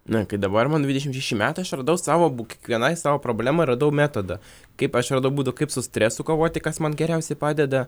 na kai dabar man dvidešim šeši metai aš radau savo buk kiekvienai savo problemai radau metodą kaip aš radau būdų kaip su stresu kovoti kas man geriausiai padeda